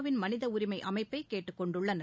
win மனிதஉரிமைஅமைப்பைகேட்டுக்கொண்டுள்ளனர்